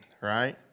right